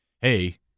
Hey